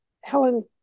Helen